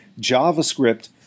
JavaScript